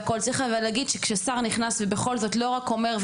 והכל צריך להגיד שכששר נכנס ובכל זאת לא רק אומר,